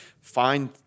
find